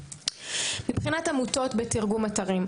מבחינת עמותות בתרגום אתרים.